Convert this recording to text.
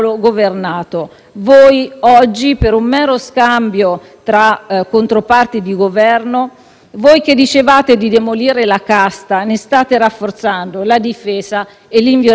voi che dicevate di demolire la casta, ne state rafforzando la difesa e l'inviolabilità: siatene consapevoli.